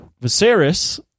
Viserys